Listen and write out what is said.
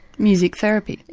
music therapy?